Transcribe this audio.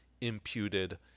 imputed